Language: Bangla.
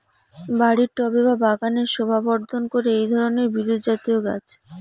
বাড়ির টবে বা বাগানের শোভাবর্ধন করে এই ধরণের বিরুৎজাতীয় গাছ